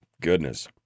Goodness